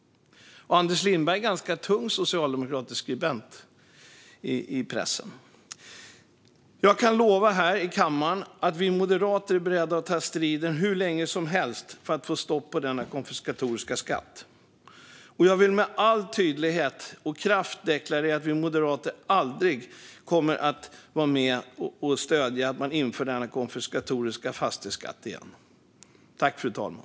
Anders Lindberg är en ganska tung socialdemokratisk skribent i pressen. Jag kan lova här i kammaren att vi moderater är beredda att ta striden hur länge som helst för att få stopp på denna konfiskatoriska skatt. Jag vill med all tydlighet och kraft deklarera att vi moderater aldrig kommer att vara med och stödja att man inför denna konfiskatoriska fastighetsskatt igen.